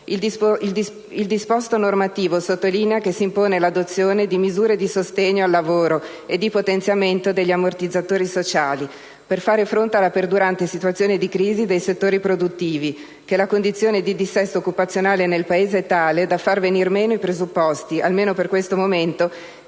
Il disposto normativo sottolinea che si impone l'adozione di misure di sostegno al lavoro e di potenziamento degli ammortizzatori sociali per fare fronte alla perdurante situazione di crisi dei settori produttivi; che la condizione di dissesto occupazionale nel Paese è tale da far venir meno i presupposti, almeno per questo momento,